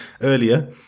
earlier